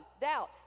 doubt